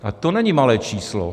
A to není malé číslo.